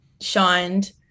shined